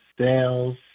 sales